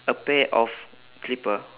a pair of clipper